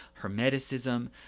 hermeticism